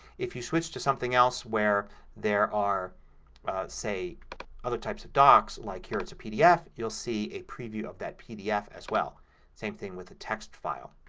if you switch to something else where there are say other types of docs, like here it's a pdf, you'll see a preview of that pdf as well. the same thing with a text file.